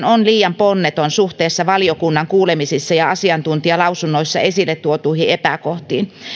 on liian ponneton suhteessa valiokunnan kuulemisissa ja asiantuntijalausunnoissa esille tuotuihin epäkohtiin